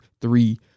three